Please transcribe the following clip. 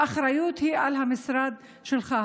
האחריות היא על המשרד שלך.